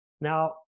Now